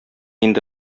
инде